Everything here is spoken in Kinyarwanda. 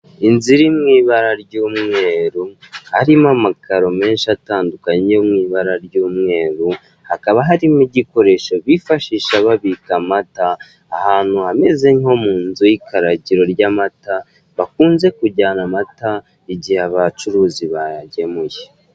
Inzu irimwo ibara ry'umweru, harimo amakaro menshi atandukanye yo mu ibara ry'umweru, hakaba hari n'igikoresho bifashisha babika amata, ahantu hameze nko mu nzu y'ikaragiro ry'amata bakunze kujyana amata igihe abacuruzi bayagemuye.